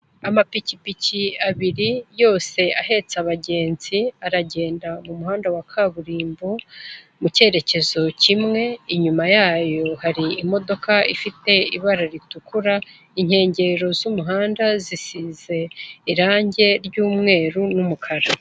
Amapikipiki abiri yose ahetse abagenzi aragenda mu muhanda wa kaburimbo mu cyerekezo kimwe, inyuma yayo hari imodoka ifite ibara ritukura, inkengero z'umuhanda zisize irange ry'umweru n'umukara.